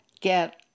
get